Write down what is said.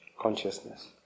consciousness